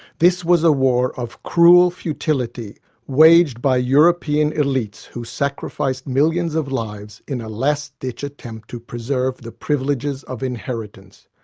this was a war of cruel futility waged by european elites who sacrified millions of lives in a last ditch attempt to preserve the privileges of inheritance.